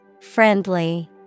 Friendly